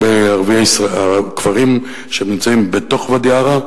הכפרים שנמצאים בתוך ואדי-עארה,